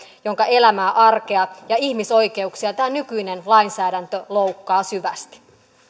jonka elämää arkea ja ihmisoikeuksia tämä nykyinen lainsäädäntö loukkaa syvästi